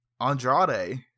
Andrade